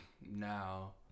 now